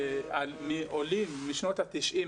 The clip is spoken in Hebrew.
מהעולים בשנות ה-90,